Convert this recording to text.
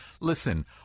listen